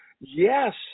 yes